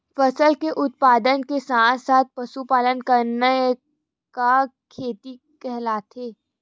फसल के उत्पादन के साथ साथ पशुपालन करना का खेती कहलाथे?